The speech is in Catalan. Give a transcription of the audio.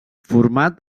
format